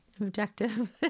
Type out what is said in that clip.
objective